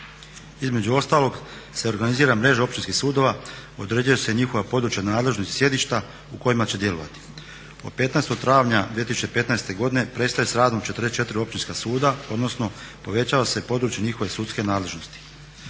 između ostalog se organizira mreža općinskih sudova, određuju se njihova područja nadležnosti i sjedišta u kojima će djelovati. Od 15. travnja 2015. godine prestaju sa radom 44 općinska suda odnosno povećava se područje njihove sudske nadležnosti.